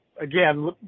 again